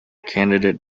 candidate